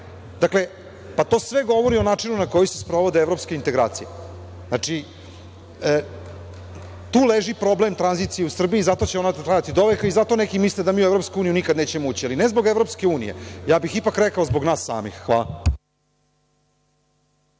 Dakle, to sve govori o načinu na koji se sprovode evropske integracije. Znači, tu leži problem tranzicije u Srbiji i zato će ona trajati doveka i zato neki misle da mi u EU nikada nećemo ući, ali ne zbog EU, ja bih ipak rekao zbog nas samih. Hvala.